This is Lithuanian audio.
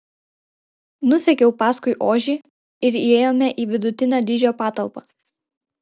nusekiau paskui ožį ir įėjome į vidutinio dydžio patalpą